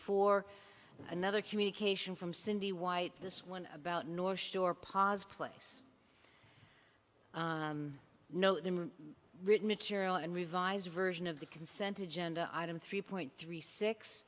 four another communication from cindy white this one about north shore pas place no the written material and revised version of the consent agenda item three point three six